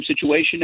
situation